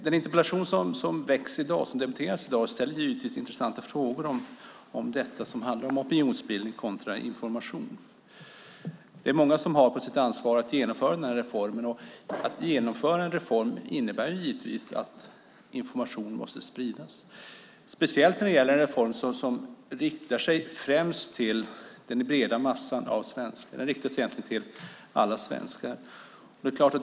Den interpellation som i dag debatteras ställer intressanta frågor om opinionsbildning kontra information. Många har ansvaret för att genomföra reformen. Att genomföra en reform innebär naturligtvis att information måste spridas. Det gäller speciellt en reform som riktar sig till hela befolkningen.